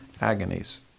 agonies